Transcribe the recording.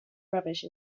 rubbish